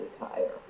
retire